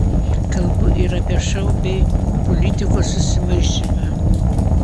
kalbu ir apie šou bei politikos susimaišymą